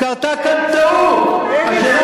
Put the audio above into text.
קרתה כאן טעות, אבל אין אישור.